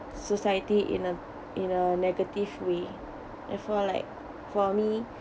society in a in a negative way therefore like for me